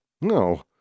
No